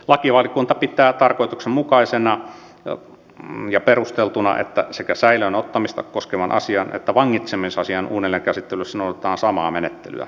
lakivaliokunta pitää tarkoituksenmukaisena ja perusteltuna että sekä säilöön ottamista koskevan asian että vangitsemisasian uudelleenkäsittelyssä noudatetaan samaa menettelyä